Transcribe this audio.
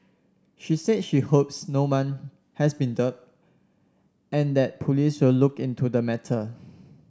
she said she hopes no one has been duped and that police will look into the matter